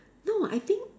no I think